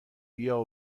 بیا